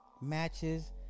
matches